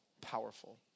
powerful